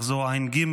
מחזור ע"ג,